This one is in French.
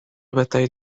bataille